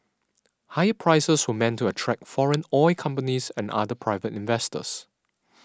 higher prices were meant to attract foreign oil companies and other private investors